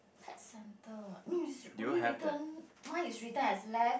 pet centre ah no is only written mine is written as left